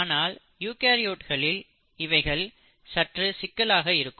ஆனால் யூகரியோட்களில் இவைகள் சற்று சிக்கலாக இருக்கும்